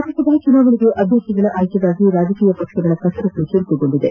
ಲೋಕಸಭಾ ಚುನಾವಣೆಗೆ ಅಭ್ಯರ್ಥಿಗಳ ಆಯ್ಕೆಗಾಗಿ ರಾಜಕೀಯ ಪಕ್ಷಗಳ ಕಸರತ್ತು ಚುರುಕುಗೊಂಡಿದೆ